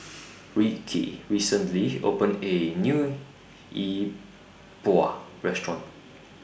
Rikki recently opened A New Yi Bua Restaurant